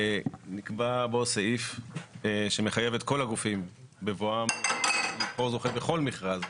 נקבע סעיף שמחייב את כל הגופים בבואם לבחור זוכה בכל מכרז,